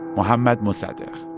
mohammad mossadegh